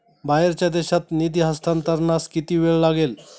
बाहेरच्या देशात निधी हस्तांतरणास किती वेळ लागेल?